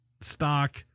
stock